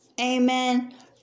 Amen